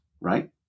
right